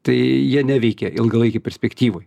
tai jie neveikia ilgalaikėj perspektyvoj